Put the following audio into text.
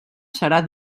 serà